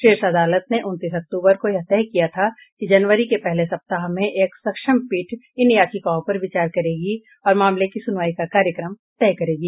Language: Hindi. शीर्ष अदालत ने उनतीस अक्तूबर को यह तय किया था कि जनवरी के पहले सप्ताह में एक सक्षम पीठ इन याचिकाओं पर विचार करेगी और मामले की सुनवाई का कार्यक्रम तय करेगी